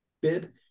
bid